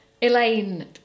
Elaine